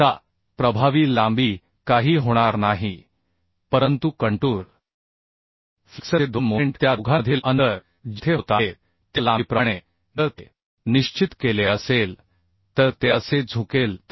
आता प्रभावी लांबी काही होणार नाही परंतु कंटूर फ्लेक्सरचे दोन मोमेंट त्या दोघांमधील अंतर जेथे होत आहेत त्या लांबीप्रमाणे जर ते निश्चित केले असेल तर ते असे झुकेल